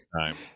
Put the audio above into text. time